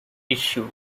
issue